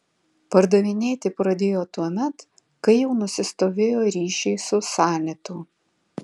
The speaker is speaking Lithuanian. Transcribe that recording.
pardavinėti pradėjo tuomet kai jau nusistovėjo ryšiai su sanitu